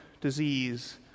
disease